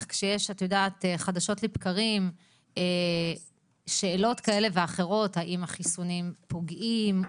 כשיש את יודעת חדשות לבקרים שאלות כאלה ואחרות האם החיסונים פוגעים,